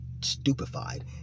stupefied